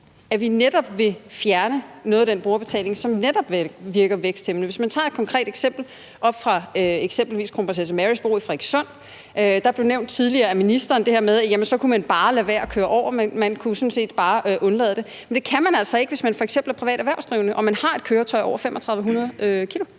vi vil fjerne noget af den brugerbetaling, som netop virker væksthæmmende. Man kan tage et konkret eksempel, eksempelvis Kronprinsesse Marys Bro i Frederikssund. Der blev nævnt tidligere af ministeren, at så kunne man bare lade være med at køre over. Man kunne sådan set bare undlade det. Men det kan man altså ikke, hvis man f.eks. er privat erhvervsdrivende og har et køretøj over 3.500 kg.